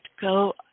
go